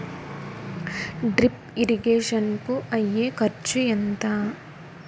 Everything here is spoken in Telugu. డ్రిప్ ఇరిగేషన్ కూ అయ్యే ఖర్చు ఎంత?